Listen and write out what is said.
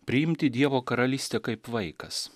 priimti dievo karalystę kaip vaikas